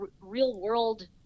real-world